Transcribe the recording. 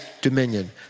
dominion